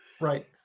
right